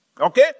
Okay